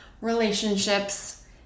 relationships